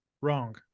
Wrong